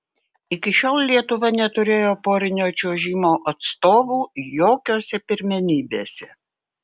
iki šiol lietuva neturėjo porinio čiuožimo atstovų jokiose pirmenybėse